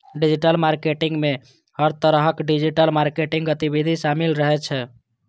digital marketing मे हर तरहक डिजिटल मार्केटिंग गतिविधि शामिल रहै छै